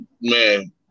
man